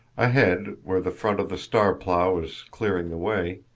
ahead, where the front of the star-plough is clearing the way,